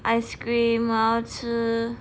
ice cream 我要吃